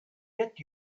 get